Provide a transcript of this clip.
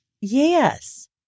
yes